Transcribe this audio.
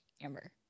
Amber